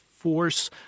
force